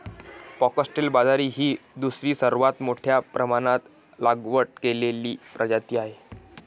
foxtail बाजरी ही दुसरी सर्वात मोठ्या प्रमाणात लागवड केलेली प्रजाती आहे